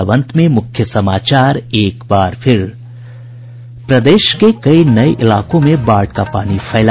और अब अंत में मुख्य समाचार एक बार फिर प्रदेश के कई नये इलाकों में बाढ़ का पानी फैला